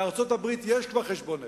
בארצות-הברית יש כבר חשבון נפש,